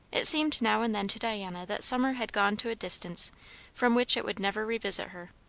it seemed now and then to diana that summer had gone to a distance from which it would never revisit her.